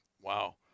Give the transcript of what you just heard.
Wow